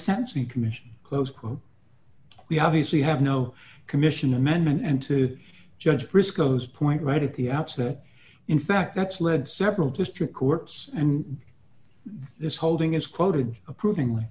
sensing commission close quote we obviously have no commission amendment and to judge briscoe's point right at the outset in fact that's led several district courts and this holding is quoted approvingly